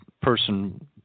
person